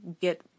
get